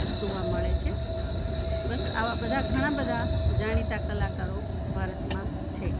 જોવા મળે છે બસ આવા બધા ઘણા બધા જાણીતા કલાકારો ભારતમાં છે